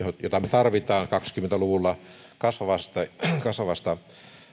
jota me tarvitsemme kaksikymmentä luvulla kasvavasta kasvavasta